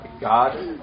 God